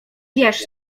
wiesz